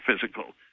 physical